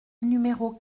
numéros